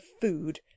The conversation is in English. food